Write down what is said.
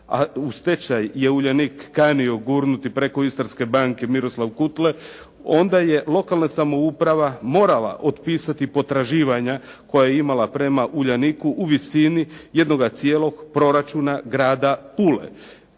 a u stečaj je "Uljanik" kanio gurnuti preko Istarske banke Miroslav Kutle, onda je lokalna samouprava morala otpisati potraživanja koja je imala prema "Uljaniku" u visini jednog cijeloga proračuna grada Pule.